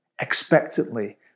expectantly